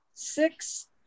six